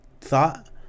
thought